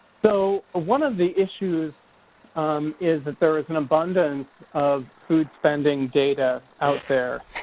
so one of the issues is that there is and abundance of food spending data out there.